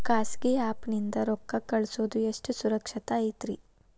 ಖಾಸಗಿ ಆ್ಯಪ್ ನಿಂದ ರೊಕ್ಕ ಕಳ್ಸೋದು ಎಷ್ಟ ಸುರಕ್ಷತಾ ಐತ್ರಿ?